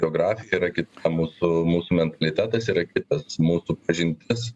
geografija yra kita mūsų mūsų mentalitetas yra kitas mūsų pažintis